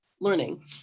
learning